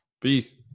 Peace